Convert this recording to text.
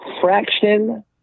fraction